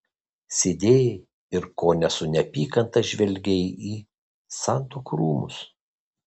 sėdėjai ir kone su neapykanta žvelgei į santuokų rūmus